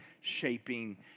shaping